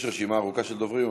יש רשימה ארוכה של דוברים,